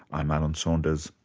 i'm alan saunders.